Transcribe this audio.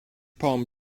poem